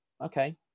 okay